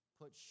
put